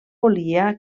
volia